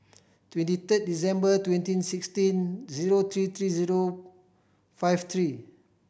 twenty third December twenty sixteen zero three three zero five three